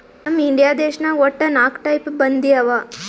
ನಮ್ ಇಂಡಿಯಾ ದೇಶನಾಗ್ ವಟ್ಟ ನಾಕ್ ಟೈಪ್ ಬಂದಿ ಅವಾ